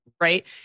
right